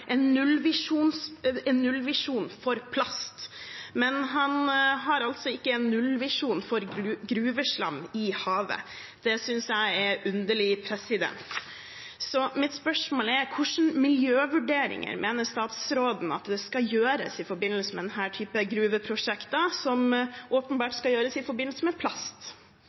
en nullvisjon for plast, men han har altså ikke en nullvisjon for gruveslam i havet. Det synes jeg er underlig. Mitt spørsmål er: Hvilke miljøvurderinger mener statsråden at det skal gjøres i forbindelse med denne typen gruveprosjekter – som åpenbart skal gjøres i forbindelse med plast?